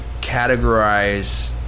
categorize